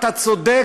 אתה צודק,